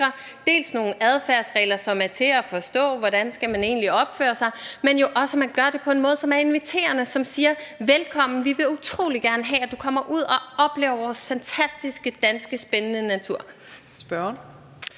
dels nogle adfærdsregler, som er til at forstå – hvordan skal man egentlig opføre sig? – dels at man gør det på en måde, som er inviterende, og som siger: Velkommen; vi vil utrolig gerne have, at du kommer ud og oplever vores fantastiske, spændende danske